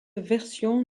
version